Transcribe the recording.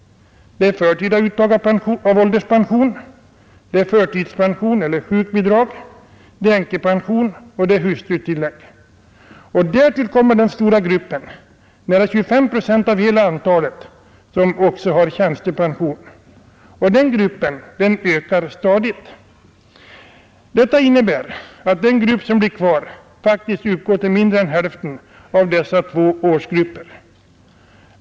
Det är förtida uttag av ålderspension, det är förtidspension eller sjukbidrag, det är änkepension och det är hustrutillägg. Därtill kommer den stora gruppen, nära 25 procent av hela antalet, som också har tjänstepension, och den gruppen ökar stadigt. Detta innebär att den grupp som blir kvar faktiskt uppgår till mindre än hälften av dessa två årsgrupper.